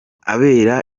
abera